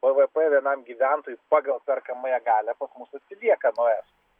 bvp vienam gyventojui pagal perkamąją galią pas mus atsilieka nuo estų